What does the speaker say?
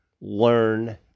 learn